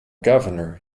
governor